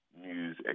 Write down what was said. news